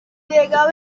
legado